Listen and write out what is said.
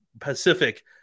Pacific